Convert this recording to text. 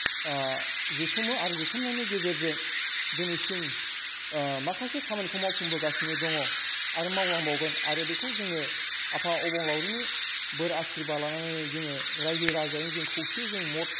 जुथुमो आरो जुथुमनायनि गेजेरजों दिनैसिम माखासे खामानिखौ मावफुंबोगासिनो दङ आरो मावलांबावगोन आरो बेखौ जोङो आफा अबंलाउरिनि बोर आसिरबाद लानानै जोङो रायजो राजायै जों खौसेयै जों मत